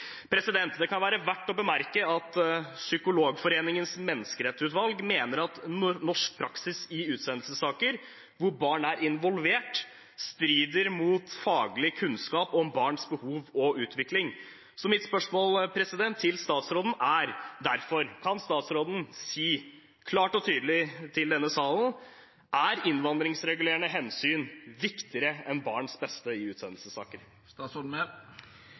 Det kan være verdt å bemerke at Psykologforeningens menneskerettighetsutvalg mener at norsk praksis i utsendelsesaker hvor barn er involvert, strider mot faglig kunnskap om barns behov og utvikling. Mitt spørsmål til statsråden er derfor: Kan statsråden si klart og tydelig til denne salen at innvandringsregulerende hensyn er viktigere enn barnets beste i utsendelsessaker?